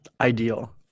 ideal